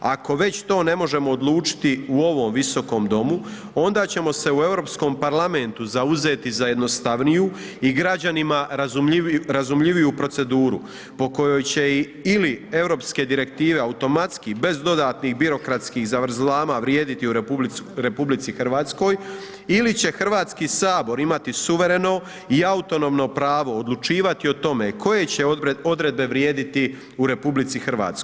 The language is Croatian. Ako već to ne možemo odlučiti u ovom visokom domu, onda ćemo se u Europskom parlamentu zauzeti za jednostavniju i građanima razumljiviju proceduru po kojoj će i, ili europske direktive automatski bez dodatnih birokratskih zavrzlama vrijediti u RH ili će Hrvatski sabor imati suvereno i autonomno pravo odlučivati o tome koje će odredbe vrijediti u RH.